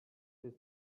des